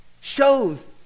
shows